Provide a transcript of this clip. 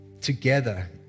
together